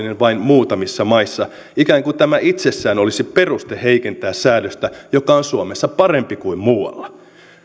vain muutamissa maissa ikään kuin tämä itsessään olisi peruste heikentää säädöstä joka on suomessa parempi kuin muualla